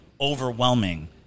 overwhelming